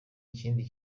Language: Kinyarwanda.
ikindi